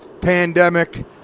pandemic